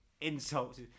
insults